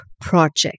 project